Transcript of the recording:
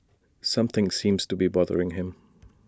something seems to be bothering him